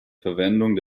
verwendung